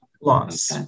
loss